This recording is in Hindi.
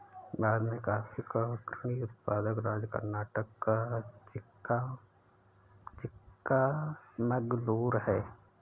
भारत में कॉफी का अग्रणी उत्पादक राज्य कर्नाटक का चिक्कामगलूरू है